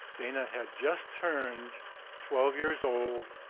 dana had just turned twelve years old.